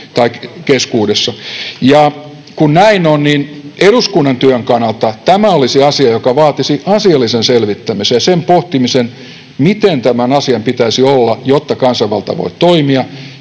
kun näin on, niin eduskunnan työn kannalta tämä olisi asia, joka vaatisi asiallisen selvittämisen ja sen pohtimisen, miten tämän asian pitäisi olla, jotta kansanvalta voi toimia,